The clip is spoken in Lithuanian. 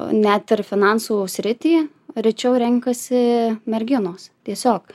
net ir finansų sritį rečiau renkasi merginos tiesiog